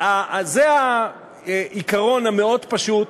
זה העיקרון המאוד-פשוט,